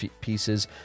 pieces